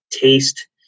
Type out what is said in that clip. taste